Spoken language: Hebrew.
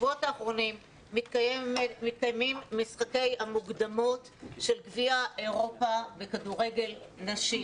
בשבועות האחרונים מתקיימים משחקי המוקדמות של גביע אירופה בכדורגל נשים.